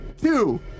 two